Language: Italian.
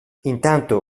intanto